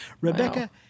Rebecca